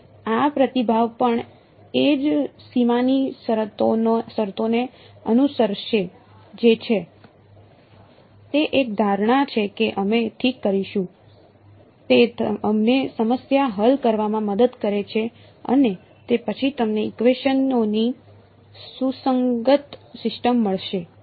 તેથી આ પ્રતિભાવ પણ એ જ સીમાની શરતોને અનુસરશે જે છે તે એક ધારણા છે કે અમે ઠીક કરીશું તે અમને સમસ્યા હલ કરવામાં મદદ કરે છે અને તે પછી તમને ઇકવેશન ોની સુસંગત સિસ્ટમ મળશે